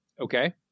Okay